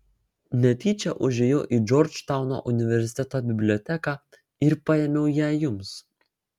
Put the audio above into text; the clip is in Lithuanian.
netyčia užėjau į džordžtauno universiteto biblioteką ir paėmiau ją jums